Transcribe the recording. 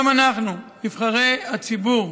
גם אנחנו, נבחרי הציבור,